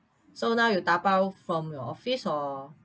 so now you dabao from your office or